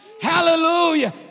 Hallelujah